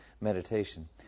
meditation